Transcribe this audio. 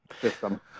system